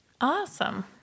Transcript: awesome